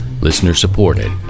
listener-supported